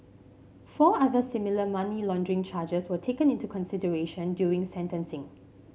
four other similar money laundering charges were taken into consideration during sentencing